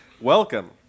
welcome